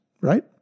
right